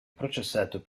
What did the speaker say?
processato